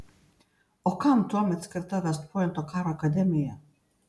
o kam tuomet skirta vest pointo karo akademija